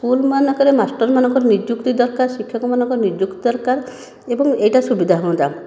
school ମାନଙ୍କରେ master ମାନଙ୍କର ନିଯୁକ୍ତି ଦରକାର ଶିକ୍ଷକମାନଙ୍କର ନିଯୁକ୍ତି ଦରକାର ଏବଂ ଏଇଟା ସୁବିଧା ହୁଅନ୍ତା